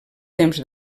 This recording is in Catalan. temps